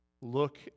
look